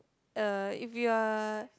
uh if you are